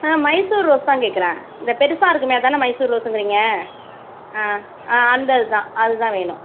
ஆ Mysore rose தான் கேக்கிறேன் இந்த பெருசாக இருக்குமே அதானே மைசூர் ரோஸ்ஸுங்குறீங்க ஆ ஆ அந்த அதுதான் அதுதான் வேணும்